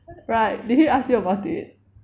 right did he ask you about it